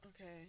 Okay